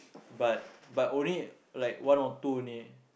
but but only like one or two only